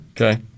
Okay